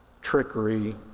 trickery